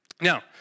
Now